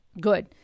good